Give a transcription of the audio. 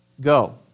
go